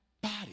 body